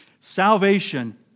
Salvation